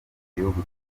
igihugu